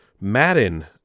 Madden